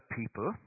people